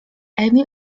emil